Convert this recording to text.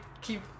keep